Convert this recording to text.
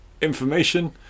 information